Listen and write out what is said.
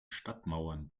stadtmauern